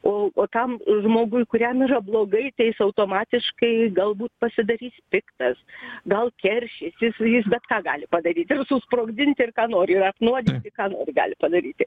o o tam žmogui kuriam yra blogai tai jis automatiškai galbūt pasidarys piktas gal keršysi ir su jais bet ką gali padaryt ir susprogdinti ir ką nori ir apnuodyti ką nori gali padaryti